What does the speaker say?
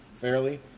fairly